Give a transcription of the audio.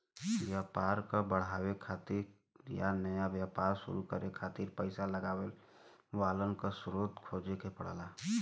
व्यापार क बढ़ावे खातिर या नया व्यापार शुरू करे खातिर पइसा लगावे वालन क स्रोत खोजे क पड़ला